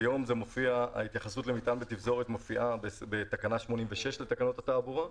כיום ההתייחסות למטען בתפזורת מופיעה בתקנה 86 לתקנות התעבורה.